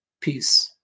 Peace